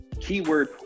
keyword